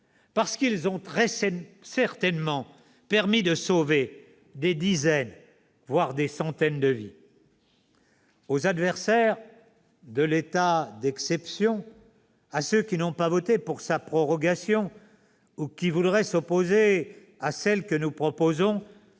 attentats et ont très certainement permis de sauver des dizaines, voire des centaines de vies ! Aux adversaires de cet état d'exception, à ceux qui n'ont pas voté pour sa prorogation ou qui voudraient s'opposer à celle que nous proposons,